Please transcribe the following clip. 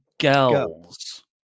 Girls